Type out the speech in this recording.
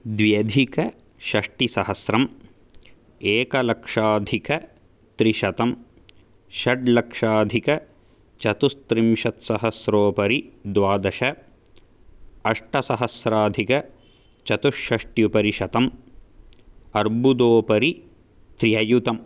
द्व्यधिकषष्टिसहस्रम् एकलक्षाधिकत्रिशतं षड्लक्षाधिकचतुस्त्रिंशत् सहस्रोपरि द्वादश अष्टसहस्राधिकचतुष्षष्टि उपरि शतम् अर्बुदोपरि त्रिययुतम्